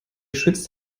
schütz